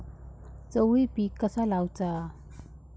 चवळी पीक कसा लावचा?